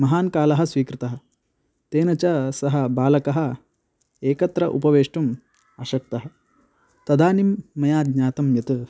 महान् कालः स्वीकृतः तेन च सः बालकः एकत्र उपवेष्टुम् अशक्तः तदानीं मया ज्ञातं यत्